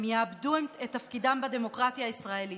הם יאבדו את תפקידם בדמוקרטיה הישראלית.